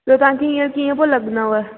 ॿियो तव्हांखे ईअं कीअं पियो लॻंदव